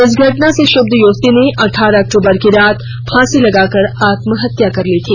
इस घटना से क्षुब्ध युवती ने अठारह अक्टूबर की रात फांसी लगाकर आत्महत्या कर ली थी